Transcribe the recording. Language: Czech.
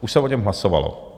Už se o něm hlasovalo.